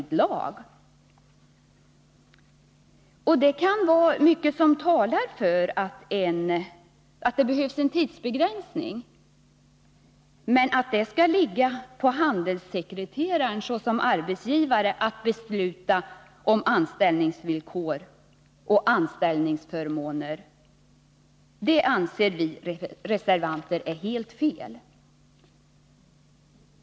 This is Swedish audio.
Det kan vara mycket som talar för att det behövs en tidsbegränsning, men att det skall åligga handelssekreteraren såsom arbetsgivare att besluta om anställningsvillkor anser vi reservanter vara helt fel.